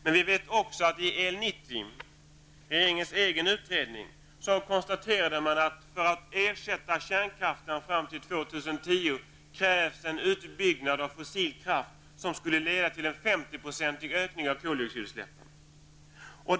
Men vi vet också att i EL90, regeringens egen utredning, konstaterade man att för att ersätta kärnkraften fram till år 2010 krävs en utbyggnad av fossil kraft som skulle leda till en 50-procentig ökning av koldioxidutsläppen.